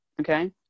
Okay